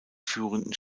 führenden